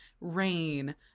rain